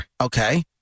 okay